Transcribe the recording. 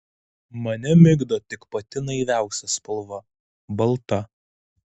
mane migdo tik pati naiviausia spalva balta